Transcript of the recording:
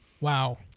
Wow